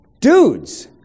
dudes